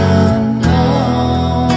unknown